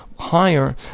higher